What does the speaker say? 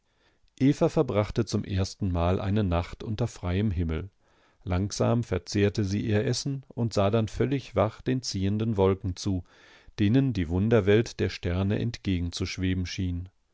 eva verbrachte zum erstenmal eine nacht unter freiem himmel langsam verzehrte sie ihr essen und sah dann völlig wach den ziehenden wolken zu denen die wunderwelt der sterne entgegenzuschweben schien